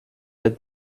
est